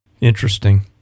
Interesting